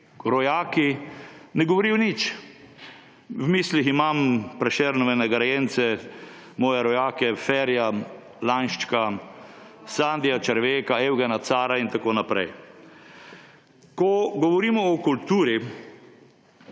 rojaki ne govorijo nič. V mislih imam Prešernove nagrajence, moje rojake, Ferija Lainščka, Sandija Červeka, Evgena Carja in tako naprej. Ko govorimo o kulturi,